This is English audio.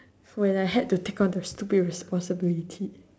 when I had to take on the stupid responsibility